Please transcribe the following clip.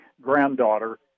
granddaughter